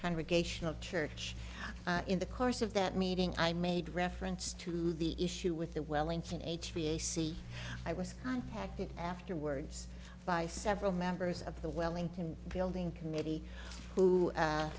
congregational church in the course of that meeting i made reference to the issue with the wellington h b a c i was contacted afterwards by several members of the wellington fielding committee who